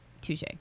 Touche